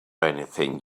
anything